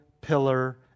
pillar